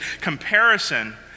comparison